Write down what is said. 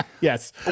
Yes